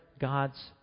God's